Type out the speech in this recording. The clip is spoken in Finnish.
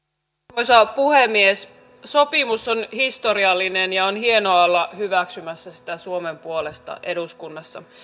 arvoisa puhemies sopimus on historiallinen ja on hienoa olla hyväksymässä sitä suomen puolesta eduskunnassa